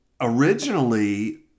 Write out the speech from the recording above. originally